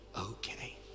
okay